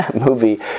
movie